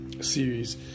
series